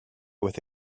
with